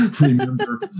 remember